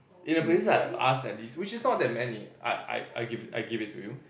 in the places I have asked which is not that many I I I give it I give it to you